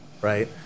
right